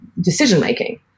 decision-making